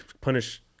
punish